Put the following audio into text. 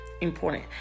important